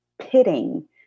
pitting